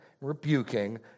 rebuking